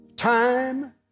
Time